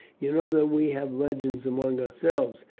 you know that we have legends among ourselves,